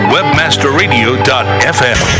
WebmasterRadio.fm